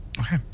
Okay